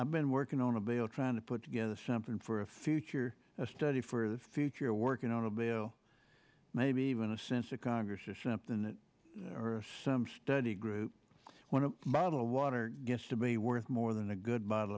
've been working on a bill trying to put together something for a future study for the future working on a bill maybe even a sense of congress just something that some study group when a bottle of water gets to be worth more than a good bottle